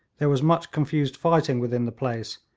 there was much confused fighting within the place,